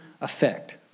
effect